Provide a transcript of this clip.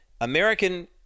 American